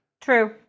true